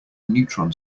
neutron